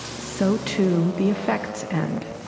so too, the effects and